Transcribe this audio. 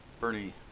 Bernie